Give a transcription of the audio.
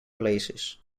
places